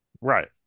Right